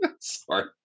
Sorry